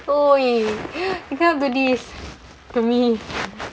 !oi! you cannot do this to me